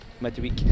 midweek